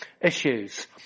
issues